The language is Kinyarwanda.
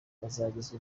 bazagezwa